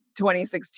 2016